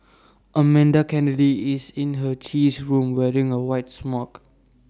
Amanda Kennedy is in her cheese room wearing A white smock